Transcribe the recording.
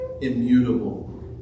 immutable